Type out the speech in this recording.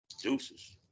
deuces